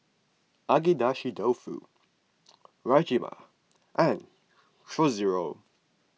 Agedashi Dofu Rajma and Chorizo